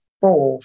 four